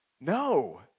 No